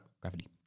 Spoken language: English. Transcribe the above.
Gravity